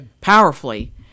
powerfully